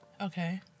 Okay